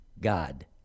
God